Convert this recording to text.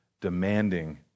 demanding